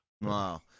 Wow